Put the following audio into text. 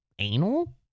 Anal